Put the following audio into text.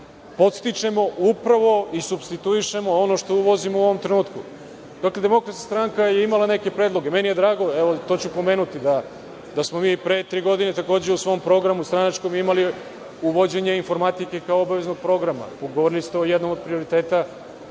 podstičemo upravo i supstituišemo ono što uvozimo u ovom trenutku. Dakle, DS je imala neke predloge, meni je drago, i to ću pomenuti da smo mi pre tri godine u svom programa, stranačkom, imali uvođenje informatike kao obaveznog programa. Govorili ste o jednom od prioriteta